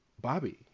Bobby